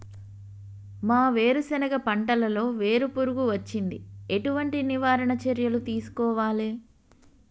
మా వేరుశెనగ పంటలలో వేరు పురుగు వచ్చింది? ఎటువంటి నివారణ చర్యలు తీసుకోవాలే?